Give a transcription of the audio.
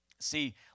See